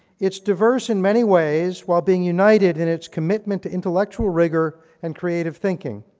it's diverse in many ways, while being united in its commitment to intellectual rigor, and creative thinking.